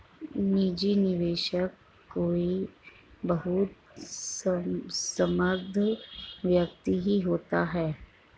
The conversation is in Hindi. निजी निवेशक कोई बहुत समृद्ध व्यक्ति ही होता है